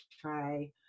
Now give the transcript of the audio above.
try